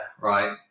Right